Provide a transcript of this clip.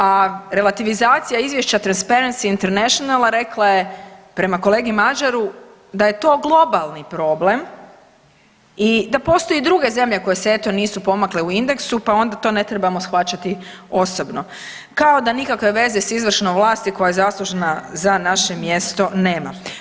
A relativizacija izvješća Transparency Internationala rekla je prema kolegi Mažaru da je to globalni problem i da postoje druge zemlje koje se eto nisu pomakle u indeksu pa onda to ne trebamo shvaćati osobno, kao da nikakve veze s izvršnom vlasti koja je zaslužna za naše mjesto nema.